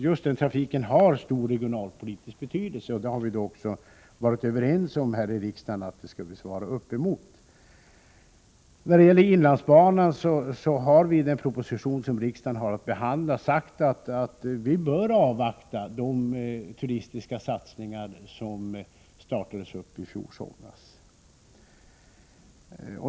Just den trafiken har stor regionalpolitisk betydelse, och vi har här i riksdagen också varit överens om en sådan uppläggning. När det gäller inlandsbanan har vi i den proposition som riksdagen har att behandla sagt att vi bör avvakta de turistiska satsningar som påbörjades i fjol somras.